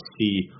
see